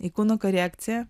į kūno korekciją